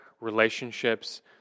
relationships